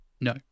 no